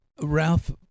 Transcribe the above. Ralph